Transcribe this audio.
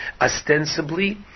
Ostensibly